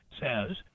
says